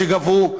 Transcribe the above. שגבו,